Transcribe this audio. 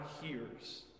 hears